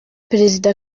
perezida